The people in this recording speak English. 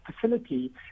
facility